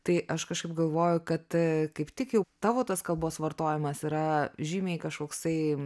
tai aš kažkaip galvoju kad a kaip tik jau tavo tas kalbos vartojimas yra žymiai kažkoksai